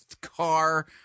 car